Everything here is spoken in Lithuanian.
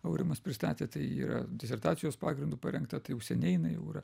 aurimas pristatė tai yra disertacijos pagrindu parengta tai jau seniai jinai jau yra